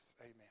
Amen